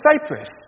Cyprus